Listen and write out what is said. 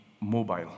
mobile